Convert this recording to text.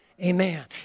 Amen